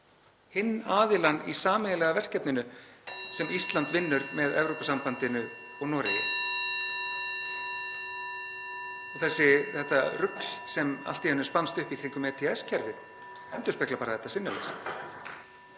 hinn aðilann í sameiginlega verkefninu sem Ísland vinnur með Evrópusambandinu og Noregi. (Forseti hringir.) Og þetta rugl sem allt í einu spannst upp í kringum ETS-kerfið endurspeglar bara þetta sinnuleysi.